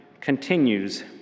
continues